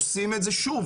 עושים את זה שוב,